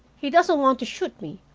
he doesn't want to shoot me,